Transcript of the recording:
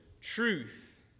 truth